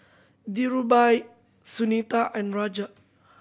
Dhirubhai Sunita and Raja